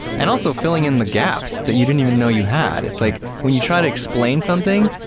and also filling in the gaps that you didn't even know you had. it's like when you try to explain something,